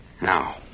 Now